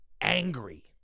angry